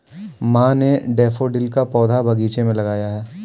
माँ ने डैफ़ोडिल का पौधा बगीचे में लगाया है